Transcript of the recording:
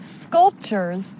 sculptures